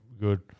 good